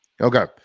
Okay